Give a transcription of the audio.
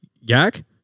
Yak